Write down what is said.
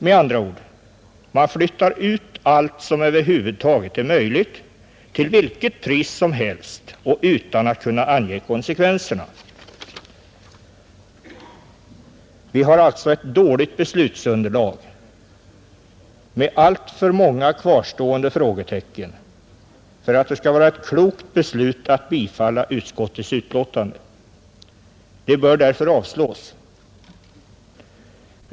Med andra ord: man flyttar ut allt som över huvud taget är möjligt till vilket pris som helst och utan att kunna ange konsekvenserna. Vi har alltså ett dåligt beslutsunderlag med alltför många kvarstående frågetecken för att det skall vara ett klokt beslut att bifalla utskottets hemställan, Den bör därför avslås.